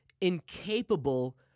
incapable